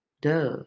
Duh